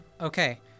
Okay